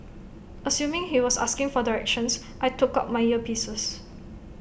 assuming he was asking for directions I took out my earpieces